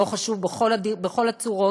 בכל הצורות,